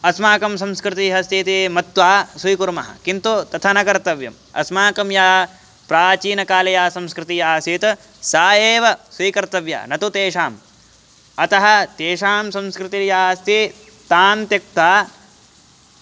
अस्माकं संस्कृतिः अस्ति इति मत्वा स्वीकुर्मः किन्तु तथा न कर्तव्यम् अस्माकं या प्राचीनकाले या संस्कृतिः आसीत् सा एव स्वीकर्तव्या न तु तेषाम् अतः तेषां संस्कृतिर्या अस्ति तां त्यक्त्वा